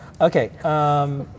Okay